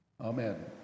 Amen